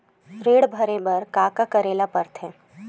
ऋण भरे बर का का करे ला परथे?